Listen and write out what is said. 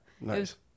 nice